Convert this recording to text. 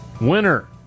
Winner